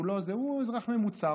הוא אזרח ממוצע,